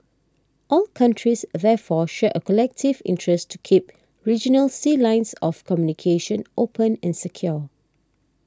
all countries therefore share a collective interest to keep regional sea lines of communication open and secure